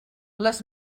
les